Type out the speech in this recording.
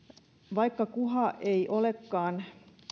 vaikka kuha ei olekaan